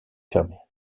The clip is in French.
fermés